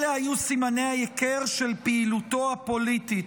אלה היו סימני ההיכר של פעילותו הפוליטית,